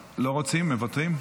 מוותרים?